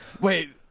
Wait